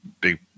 big